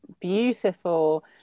Beautiful